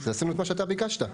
עשינו את מה שאתה ביקשת.